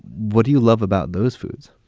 what do you love about those foods?